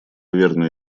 верно